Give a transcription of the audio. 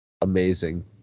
amazing